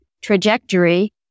trajectory